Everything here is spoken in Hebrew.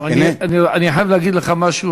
אבל אני חייב להגיד לך משהו,